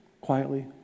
quietly